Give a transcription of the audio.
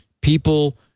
people